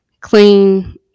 clean